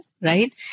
right